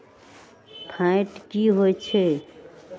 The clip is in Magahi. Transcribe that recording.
फैट की होवछै?